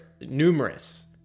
numerous